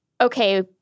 okay